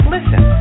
Listen